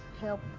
help